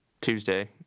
Tuesday